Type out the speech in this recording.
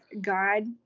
God